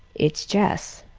it's jess.